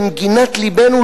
למגינת לבנו,